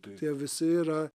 tie visi yra